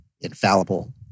Infallible